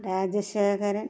Rajasekharan